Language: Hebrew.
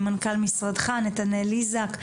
ממנכ"ל משרדך נתנאל איזק.